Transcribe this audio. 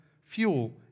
fuel